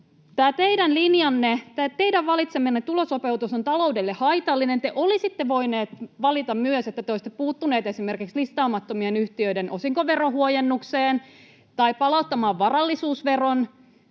teidän valitsemanne tulosopeutuslinja on taloudelle haitallinen. Te olisitte voineet valita myös, että te olisitte puuttuneet esimerkiksi listaamattomien yhtiöiden osinkoverohuojennukseen tai palauttaneet varallisuusveron.